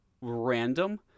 random